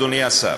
אדוני השר,